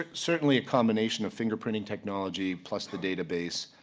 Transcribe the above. ah certainly a combination of fingerprinting technology, plus the database,